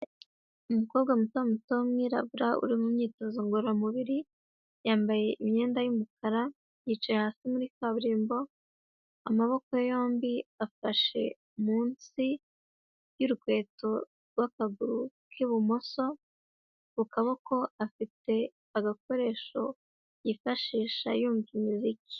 Umukobwa muto muto w'umwirabura uri mu myitozo ngororamubiri, yambaye imyenda y'umukara, yicaye hasi muri kaburimbo, amaboko yombi afashe munsi y'urukweto rw'akaguru k'ibumoso, ku kaboko afite agakoresho yifashisha yumva umuziki.